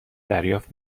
دریافت